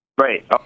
right